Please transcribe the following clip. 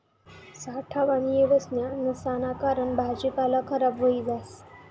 साठावानी येवस्था नसाना कारण भाजीपाला खराब व्हयी जास